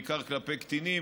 בעיקר כלפי קטינים,